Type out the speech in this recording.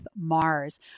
Mars